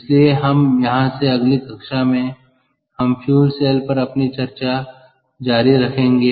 इसलिए हम यहां से अगली कक्षा में हम फ्यूल सेल पर अपनी चर्चा जारी रखेंगे